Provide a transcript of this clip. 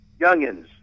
youngins